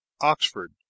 Oxford